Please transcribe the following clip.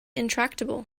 intractable